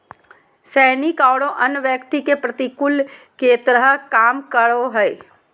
सैनिक औरो अन्य व्यक्ति के प्रतिकूल के तरह काम करो हइ